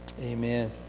Amen